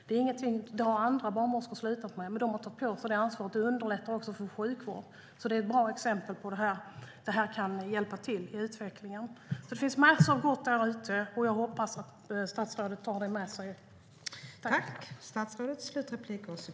Det har andra barnmorskor slutat med, men de har tagit på sig detta ansvar. Det underlättar också för sjukvården. Det är ett bra exempel på hur detta kan hjälpa till i utvecklingen. Det finns massor av gott där ute. Jag hoppas att statsrådet tar det med sig.